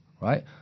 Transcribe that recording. right